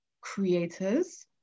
creators